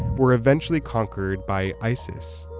were eventually conquered by isis.